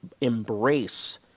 embrace